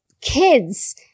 kids